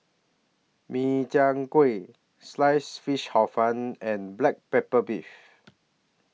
Min Chiang Kueh Sliced Fish Hor Fun and Black Pepper Beef